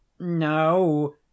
No